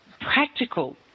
practical